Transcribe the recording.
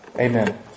Amen